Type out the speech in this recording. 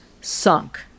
sunk